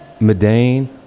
Medane